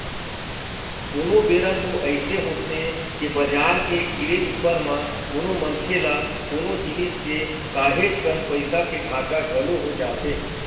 कोनो बेरा तो अइसे होथे के बजार के गिरे ऊपर म कोनो मनखे ल कोनो जिनिस के काहेच कन पइसा के घाटा घलो हो जाथे